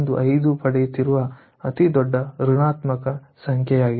5 ಪಡೆಯುತ್ತಿರುವ ಅತಿದೊಡ್ಡ ಋಣಾತ್ಮಕ ಸಂಖ್ಯೆಯಾಗಿದೆ